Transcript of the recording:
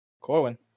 Corwin